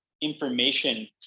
information